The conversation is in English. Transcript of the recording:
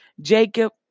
Jacob